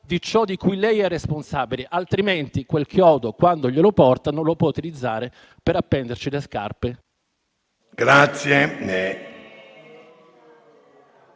di ciò di cui lei è responsabile; altrimenti quel chiodo, quando glielo portano, lo può utilizzare per appenderci le scarpe.